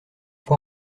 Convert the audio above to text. quoi